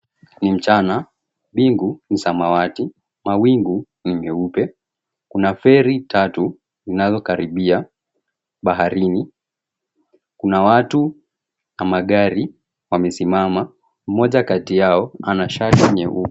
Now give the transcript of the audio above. Ni mchana mbingu ni samawati, mawingu ni meupe kuna feri tatu zinazokaribia baharini, kuna watu na magari wamesimama mmoja kati yao ana shati nyeupe.